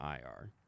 ir